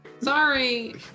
Sorry